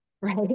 right